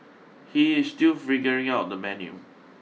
he is still figuring out the menu